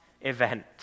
event